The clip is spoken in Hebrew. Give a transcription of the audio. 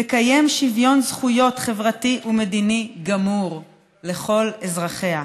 תקיים שוויון זכויות חברתי ומדיני גמור לכל אזרחיה,